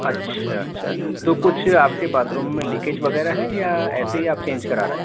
اچھا اچھا تو کچھ آپ کے باتھ روم میں لیکیج وغیرہ ہے یا ایسے ہی آپ چینج کرا رہے ہیں